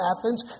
Athens